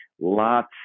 Lots